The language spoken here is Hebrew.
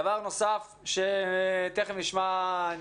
דבר נוסף שמטריד אותנו מאוד - ותכף נשמע את